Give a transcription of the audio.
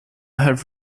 have